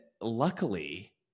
luckily